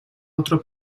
otro